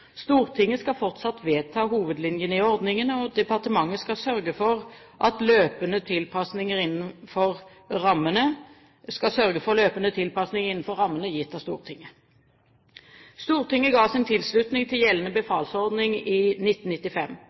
Stortinget skal fortsatt vedta hovedlinjene i ordningen, og departementet skal sørge for løpende tilpasninger innenfor rammene gitt av Stortinget. Stortinget ga sin tilslutning til gjeldende befalsordning i 1995.